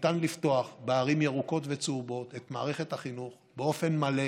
ניתן לפתוח בערים ירוקות וצהובות את מערכת החינוך באופן מלא